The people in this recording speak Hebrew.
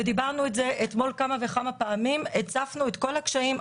ודיברנו על זה אתמול כמה וכמה פעמים והצפנו את כל הקשיים,